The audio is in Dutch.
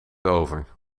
over